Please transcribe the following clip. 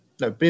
No